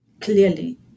Clearly